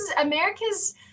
America's